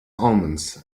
omens